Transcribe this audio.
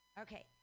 Okay